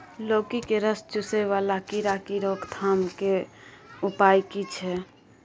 लौकी के रस चुसय वाला कीरा की रोकथाम के उपाय की छै?